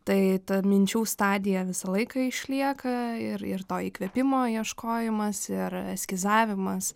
tai ta minčių stadija visą laiką išlieka ir ir to įkvėpimo ieškojimas ir eskizavimas